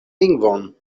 lingvon